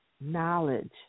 knowledge